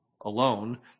alone